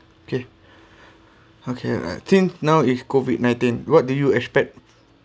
okay okay since now it's COVID nineteen what do you expect